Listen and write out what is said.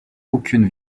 aucune